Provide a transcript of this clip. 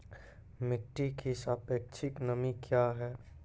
मिटी की सापेक्षिक नमी कया हैं?